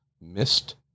missed